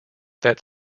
that